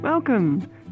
Welcome